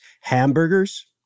Hamburgers